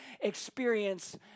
experience